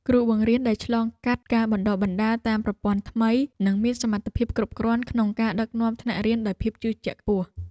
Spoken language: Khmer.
គ្រូបង្រៀនដែលឆ្លងកាត់ការបណ្តុះបណ្តាលតាមប្រព័ន្ធថ្មីនឹងមានសមត្ថភាពគ្រប់គ្រាន់ក្នុងការដឹកនាំថ្នាក់រៀនដោយភាពជឿជាក់ខ្ពស់។